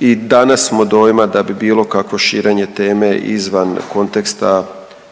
i danas smo dojma da bi bilo kakvo širenje teme izvan konteksta